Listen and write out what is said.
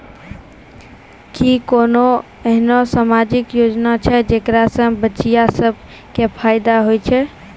कि कोनो एहनो समाजिक योजना छै जेकरा से बचिया सभ के फायदा होय छै?